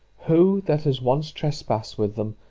who, that has once trespassed with them,